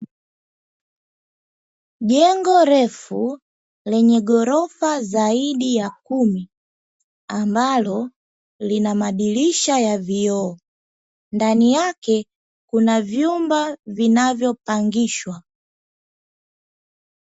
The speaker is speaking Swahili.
Jengo refu lenye ghorofa zaidi ya kumi ambalo lina madirisha ya vioo, ndani yake kuna vyumba vinavyopangishwa.